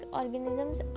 organisms